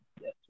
Yes